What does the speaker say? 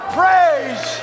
praise